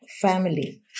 family